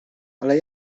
ale